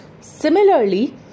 Similarly